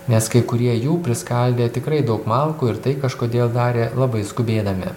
nes kai kurie jų priskaldė tikrai daug malkų ir tai kažkodėl darė labai skubėdami